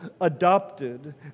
adopted